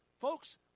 Folks